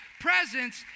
Presence